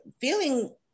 feeling